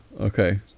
okay